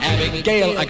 Abigail